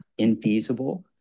infeasible